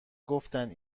گفتند